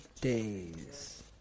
days